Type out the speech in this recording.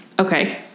okay